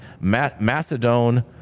Macedon